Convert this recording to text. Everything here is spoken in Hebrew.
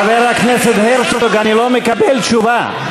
חבר הכנסת הרצוג, אני לא מקבל תשובה.